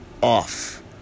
off